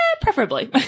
Preferably